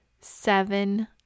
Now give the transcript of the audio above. seven